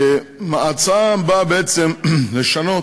ההצעה באה בעצם לשנות